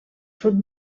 sud